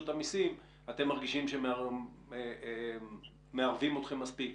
המיסים אתם מרגישים שמערבים אתכם מספיק,